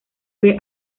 fue